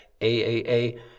AAA